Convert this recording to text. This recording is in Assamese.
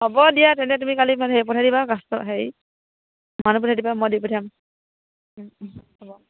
হ'ব দিয়া তেন্তে তুমি কালি হেৰি পঠিয়াই দিবা কাষ্ট হেৰি মানুহ পঠিয়াই দিবা মই দি পঠিয়াম হ'ব